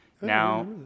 now